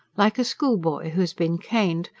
like a schoolboy who has been caned,